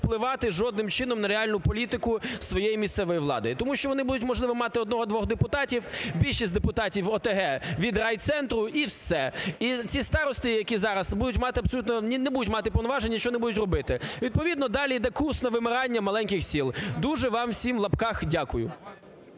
впливати жодним чином на реальну політику своєї місцевої влади, тому що вони будуть, можливо, мати одного-двох депутатів, більшість депутатів ОТГ від райцентру і все. І ці старости, які зараз, не будуть мати абсолютно, не будуть мати повноважень, нічого не будуть робити. Відповідно далі іде курс на вимирання маленьких сіл. Дуже вам всім в лапках дякую.